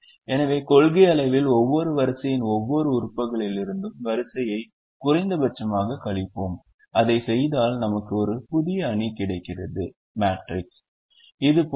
எனவே கொள்கையளவில் ஒவ்வொரு வரிசையின் ஒவ்வொரு உறுப்புகளிலிருந்தும் வரிசையை குறைந்தபட்சமாகக் கழிப்போம் அதைச் செய்தால் நமக்கு ஒரு புதிய அணி கிடைக்கிறது இது போன்றது